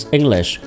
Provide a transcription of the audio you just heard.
English